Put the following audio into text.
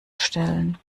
stellen